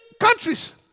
countries